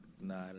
No